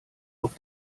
auf